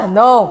no